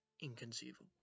inconceivable